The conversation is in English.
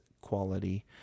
quality